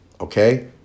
okay